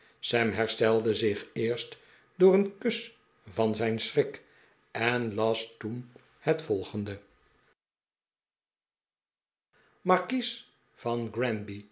sam herstelde zich eerst door een kus van zijn schrik en las toen het volgende markies van granby